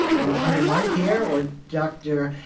um under my care or dr.